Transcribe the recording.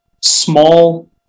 small